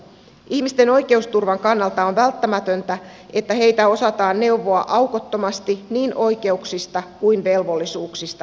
ihmisten oikeusturvan kannalta on välttämätöntä että heitä osataan neuvoa aukottomasti niin oikeuksista kuin velvollisuuksistakin